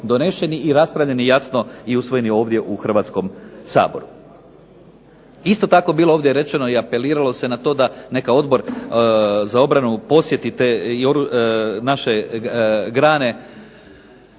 i raspravljeni jasno i usvojeni ovdje u Hrvatskom saboru. Isto tako je ovdje bilo rečeno i apeliralo se na to neka Odbor za obranu da posjeti te naše grane.